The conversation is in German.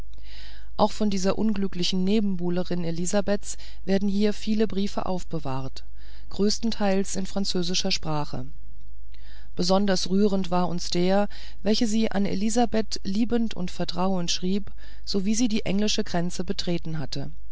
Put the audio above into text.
auch von dieser unglücklichen nebenbuhlerin elisabeths werden hier viel briefe aufbewahrt größtenteils in französischer sprache besonders rührend war uns der welchen sie an elisabeth liebend und vertrauend schrieb sowie sie die englische grenze betreten hatte